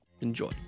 Enjoy